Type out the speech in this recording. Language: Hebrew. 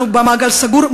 במעגל סגור,